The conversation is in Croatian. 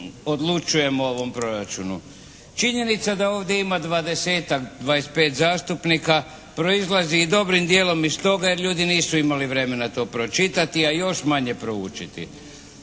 odlučujemo o ovom proračunu. Činjenica da ovdje ima dvadesetak, dvadeset i pet zastupnika proizlazi i dobrim dijelom iz toga jer ljudi nisu imali vremena to pročitati a još manje proučiti.